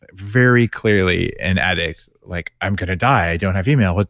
ah very clearly an addict like, i'm going to die. i don't have email, but